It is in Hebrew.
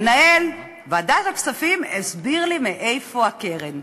מנהל ועדת הכספים, הסביר לי מאיפה הקרן.